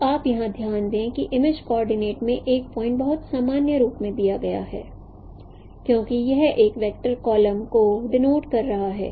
तो आप यहां ध्यान दें कि इमेज कोऑर्डिनेट में एक पॉइंट बहुत सामान्य रूप में दिया गया है क्योंकि यह एक वेक्टर कॉलम को डिनोट कर रहा है